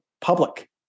public